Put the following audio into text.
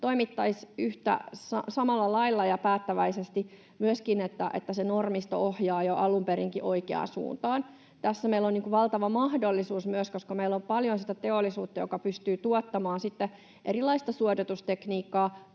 toimittaisiin samalla lailla ja päättäväisesti, myöskin niin, että se normisto ohjaa jo alun perinkin oikeaan suuntaan. Tässä meillä on myös valtava mahdollisuus, koska meillä on paljon sitä teollisuutta, joka pystyy tuottamaan erilaista suodatustekniikkaa,